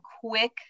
quick